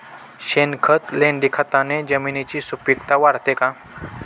शेणखत, लेंडीखताने जमिनीची सुपिकता वाढते का?